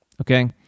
okay